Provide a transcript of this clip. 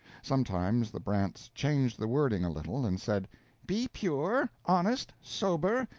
sometimes the brants changed the wording a little, and said be pure, honest, sober,